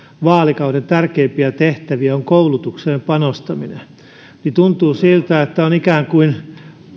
vaalikauden tärkeimpiä tehtäviä on koulutukseen panostaminen tuntuu siltä että on ikään kuin